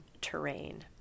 terrain